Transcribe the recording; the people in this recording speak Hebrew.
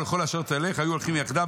ולכל אשר תלך היו הולכים יחדיו,